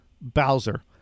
Bowser